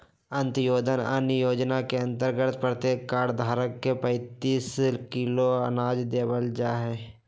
अंत्योदय अन्न योजना के अंतर्गत प्रत्येक कार्ड धारक के पैंतीस किलो अनाज देवल जाहई